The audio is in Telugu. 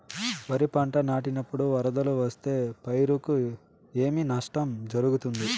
వరిపంట నాటినపుడు వరదలు వస్తే పైరుకు ఏమి నష్టం జరుగుతుంది?